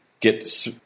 get